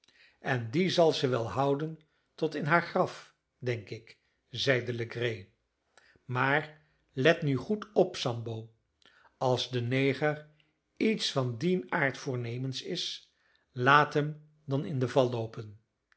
en die zal ze wel houden tot in haar graf denk ik zeide legree maar let nu goed op sambo als de neger iets van dien aard voornemens is laat hem dan in de val loopen